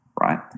right